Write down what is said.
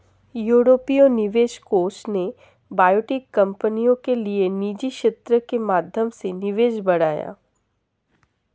यूरोपीय निवेश कोष ने बायोटेक कंपनियों के लिए निजी क्षेत्र के माध्यम से निवेश बढ़ाया